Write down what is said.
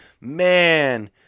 Man